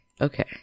okay